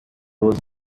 was